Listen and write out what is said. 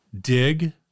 dig